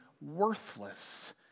worthless